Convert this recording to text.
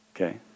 Okay